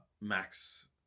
Max